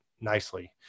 nicely